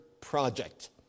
Project